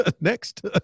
next